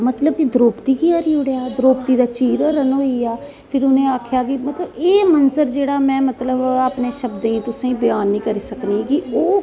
मतलब कि द्रौपदी गी हराई ओड़ेआ द्रौपदी दा चीर हरण होई गेआ फिर उनें आखेआ कि मतलब एह् मंजर जेहड़ा ऐ में अपने शब्दें च तुसें गी ब्यान नेईं करी सकनी कि ओह्